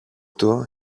του